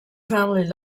family